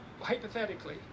hypothetically